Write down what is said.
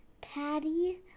patty